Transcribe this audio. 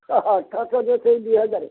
ଅଠର ଶହ ଦିଅ ସେଇ ଦୁଇ ହଜାର